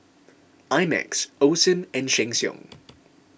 I Max Osim and Sheng Siong